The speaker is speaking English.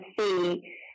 see